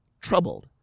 troubled